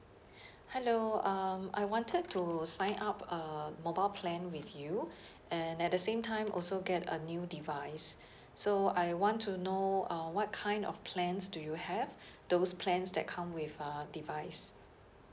hello um I wanted to sign up a mobile plan with you and at the same time also get a new device so I want to know uh what kind of plans do you have those plans that come with uh device